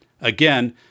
Again